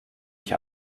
ich